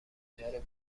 داره